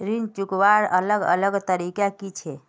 ऋण चुकवार अलग अलग तरीका कि छे?